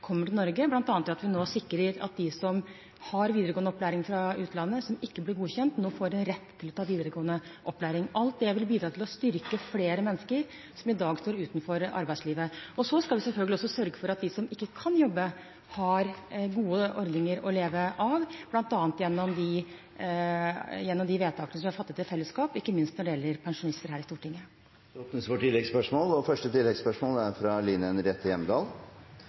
kommer til Norge, bl.a. ved at vi nå sikrer at de som har videregående opplæring fra utlandet som ikke blir godkjent, nå får en rett til å ta videregående opplæring. Alt dette vil bidra til å styrke flere mennesker som i dag står utenfor arbeidslivet. Så skal vi selvfølgelig også sørge for at de som ikke kan jobbe, har gode ordninger å leve av, bl.a. gjennom de vedtakene som vi har fattet i fellesskap, ikke minst når det gjelder pensjonister, her i Stortinget. Det blir oppfølgingsspørsmål – først Line Henriette Hjemdal. For